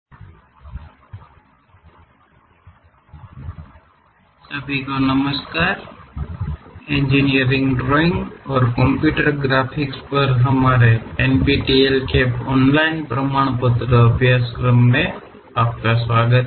ವಿಭಾಗಗಳು ಮತ್ತು ವಿಭಾಗೀಯ ವೀಕ್ಷಣೆಗಳು ಎಲ್ಲರಿಗೂ ನಮಸ್ಕಾರ ನಾವು ಮಾಡ್ಯೂಲ್ಸಂಖ್ಯೆ 5 ಉಪನ್ಯಾಸ 45 ರಲ್ಲಿರುವ ಎಂಜಿನಿಯರಿಂಗ್ ಡ್ರಾಯಿಂಗ್ ಮತ್ತು ಕಂಪ್ಯೂಟರ್ ಗ್ರಾಫಿಕ್ಸ್ ಕುರಿತು ನಮ್ಮ ಎನ್ಪಿಟಿಇಎಲ್ ಆನ್ಲೈನ್ ಪ್ರಮಾಣೀಕರಣ ಕೋರ್ಸ್ಗಳಿಗೆ ಸ್ವಾಗತ